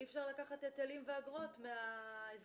אי-אפשר לקחת היטלים ואגרות מאזרחים,